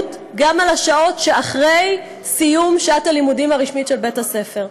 גם לשעות שאחרי סיום שעת הלימודים הרשמית של בית-הספר.